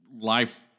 life